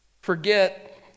Forget